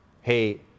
hey